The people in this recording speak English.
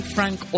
Frank